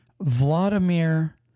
Vladimir